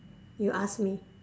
you ask me